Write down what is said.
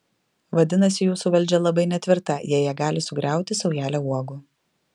vadinasi jūsų valdžia labai netvirta jei ją gali sugriauti saujelė uogų